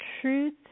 truth